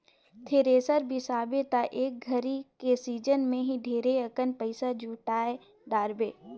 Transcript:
thresher बिसाबे त एक घरी के सिजन मे ही ढेरे अकन पइसा जुटाय डारबे